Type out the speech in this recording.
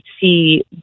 see